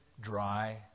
dry